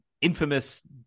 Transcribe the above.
infamous